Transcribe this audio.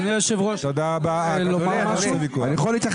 לא, אני לא טועה.